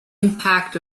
impact